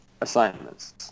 assignments